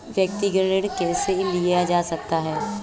व्यक्तिगत ऋण कैसे लिया जा सकता है?